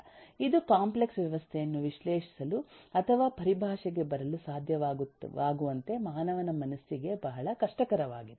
ಇದು ಕಾಂಪ್ಲೆಕ್ಸ್ ವ್ಯವಸ್ಥೆಯನ್ನು ವಿಶ್ಲೇಷಿಸಲು ಅಥವಾ ಪರಿಭಾಷೆಗೆ ಬರಲು ಸಾಧ್ಯವಾಗುವಂತೆ ಮಾನವನ ಮನಸ್ಸಿಗೆ ಬಹಳ ಕಷ್ಟಕರವಾಗಿದೆ